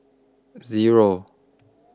Zero